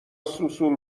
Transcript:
سوسول